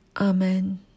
Amen